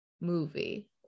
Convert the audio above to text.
movie